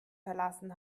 verlassen